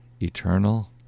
eternal